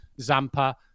Zampa